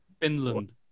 Finland